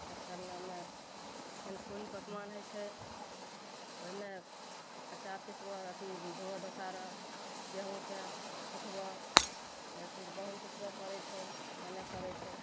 तऽ खरनामे फेन पूड़ी पकमान होइ छै ओइमे आटा पिसबऽ अथी धोअ धोखारऽ गेहुँके सुखबऽ अथी गहुँम पिसबऽ पड़य छै आनय पड़य छै